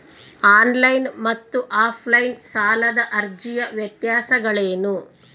On line ಮತ್ತು offline ಸಾಲದ ಅರ್ಜಿಯ ವ್ಯತ್ಯಾಸಗಳೇನು?